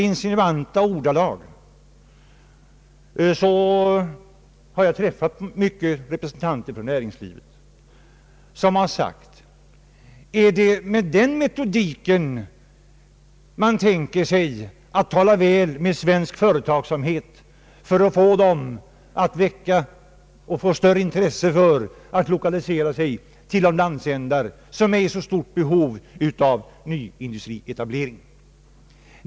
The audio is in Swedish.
Jag har träffat många representanter för näringslivet som har sagt: Är det med denna metodik man tänker hålla sig väl med svensk företagsamhet för att väcka dess intresse för att lokalisera sig till de landsändar som är i så stort behov av ny industrietablering?